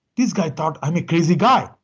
this guy thought i'm a crazy guy,